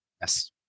Yes